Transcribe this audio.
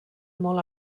molt